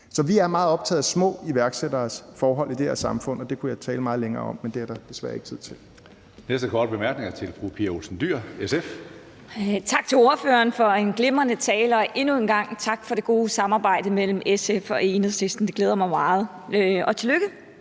Så vi er meget optaget af små iværksætteres forhold i det her samfund, og det kunne jeg tale meget længere om, men det er der desværre ikke tid til.